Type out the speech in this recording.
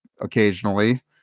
occasionally